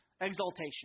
exaltation